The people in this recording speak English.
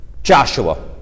joshua